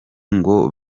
ngo